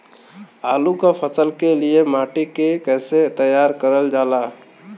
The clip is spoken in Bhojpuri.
आलू क फसल के लिए माटी के कैसे तैयार करल जाला?